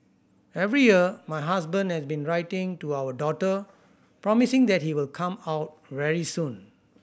every year my husband has been writing to our daughter promising that he will come out very soon